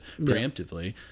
preemptively